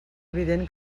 evident